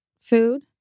food